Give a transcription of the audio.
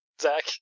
Zach